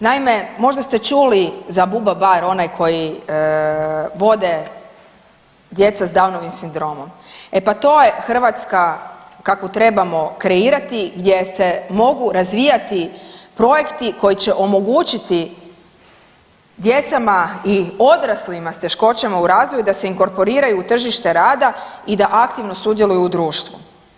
Naime, možda ste čuli za Buba bar onaj koji vode djeca s Downovim sindromom, e pa to je Hrvatska kakvu trebamo kreirati gdje se mogu razvijati projekti koji će omogućiti djecama i odraslima s teškoćama u razvoju da se inkorporiraju u tržište rada i da aktivno sudjeluju u društvu.